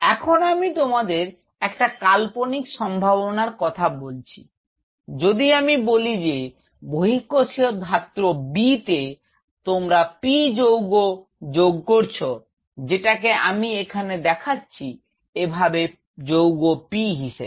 এখন আমি তোমাদের একটা কাল্পনিক সম্ভাবনার কথা বলছি যদি আমি বলি যে বহিঃকোষীয় ধাত্র B তে তোমরা P যৌগ যোগ করছ যেটাকে আমি এখানে দেখাচ্ছি এভাবে যৌগ P হিসেবে